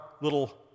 little